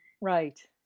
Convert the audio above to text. Right